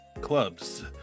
clubs